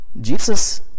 Jesus